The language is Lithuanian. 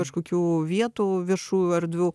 kažkokių vietų viešųjų erdvių